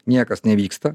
niekas nevyksta